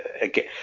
again